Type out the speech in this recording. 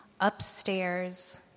upstairs